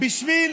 בשביל